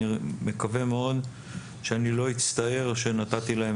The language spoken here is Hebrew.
אני מקווה מאוד שאני לא אצטער על שנתתי להם